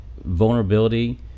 vulnerability